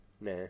Nah